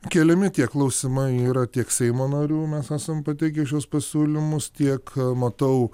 keliami tie klausimai yra tiek seimo narių mes esam pateikę šiuos pasiūlymus tiek matau